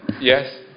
Yes